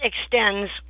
extends